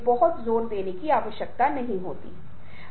और मुझे उम्मीद है कि यह सॉफ्ट स्किल्स में भी इजाफा करेगा